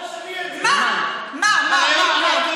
מה, מה, מה?